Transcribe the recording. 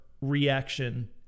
reaction